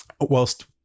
whilst